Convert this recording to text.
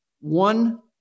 one